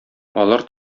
алар